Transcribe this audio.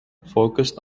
focused